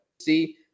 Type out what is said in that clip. see